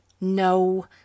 No